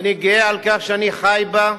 ואני גאה על כך שאני חי בה,